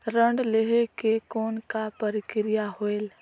ऋण लहे के कौन का प्रक्रिया होयल?